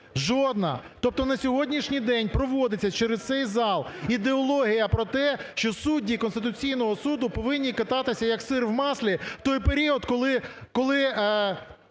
Жодна! Тобто на сьогоднішній день проводиться через цей зал ідеологія про те, що судді Конституційного Суду повинні кататися, як сир в маслі в той період, коли